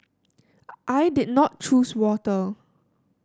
I did not choose water